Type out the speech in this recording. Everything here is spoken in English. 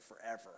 forever